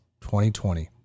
2020